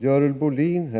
Görel Bohlin